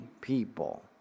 people